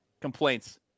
complaints